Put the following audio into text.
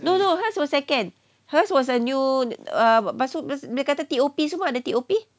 no no hers was second hers was a new lepas tu dia kata T_O_P ada T_O_P